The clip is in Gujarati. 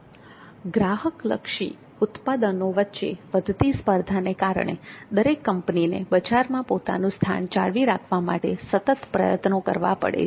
ગ્રાહક લક્ષી ઉત્પાદનો વચ્ચે વધતી સ્પર્ધાના કારણે દરેક કંપનીને બજારમાં પોતાનું સ્થાન જાળવી રાખવા માટે સતત પ્રયત્નો કરવા પડે છે